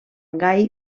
gai